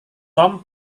tom